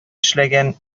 эшләгән